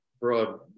broad